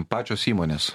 pačios įmonės